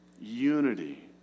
Unity